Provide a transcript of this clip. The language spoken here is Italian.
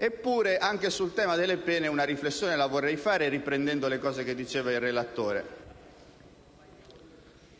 Eppure, anche sul tema delle pene una riflessione va fatta, riprendendo le argomentazioni del relatore.